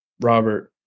Robert